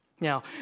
Now